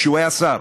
כשהוא היה שר,